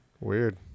Weird